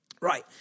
Right